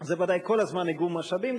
זה ודאי כל הזמן איגום משאבים,